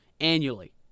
annually